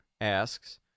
asks